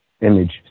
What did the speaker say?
image